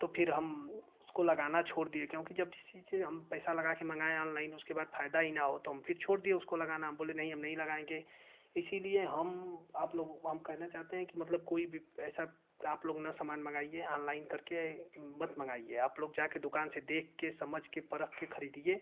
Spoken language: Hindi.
तो फिर हम उसको लगाना छोड़ दिए क्योंकि जब किसी चीज़ हम पैसा लगा के मंगाए ऑनलाइन उसके बाद फायदा ही न हो तो हम फिर छोड़ दिए उसको लगाना हम बोले नहीं हम नहीं लगाएंगे इसलिए हम आप लोगों को हम कहना चाहते हैं कि मतलब कोई भी पैसा आप लोग न समान मंगाइए ऑनलाइन करके मत मंगाइए आप लोग जा के दुकान से देख कर समझ कर परख कर खरीदिए